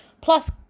plus